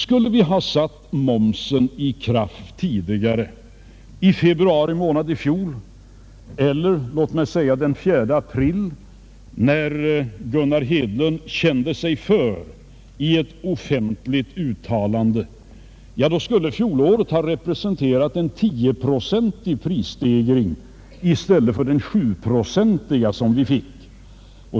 Om vi hade satt momsen i kraft tidigare — i februari månad i fjol eller låt mig säga den 4 april, när Gunnar Hedlund kände sig för i ett offentligt uttalande — skulle fjolåret ha representerat en tioprocentig prisstegring i stället för den sjuprocentiga som vi fick.